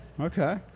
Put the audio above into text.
Okay